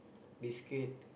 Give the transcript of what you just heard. biscuit